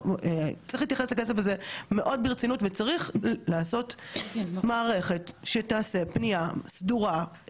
וצריך לעשות מערכת שתעשה פנייה סדורה למי שהכסף שלו הולך ללכת לאבדון,